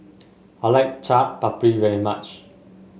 I like Chaat Papri very much